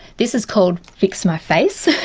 this is called fix my face.